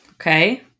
Okay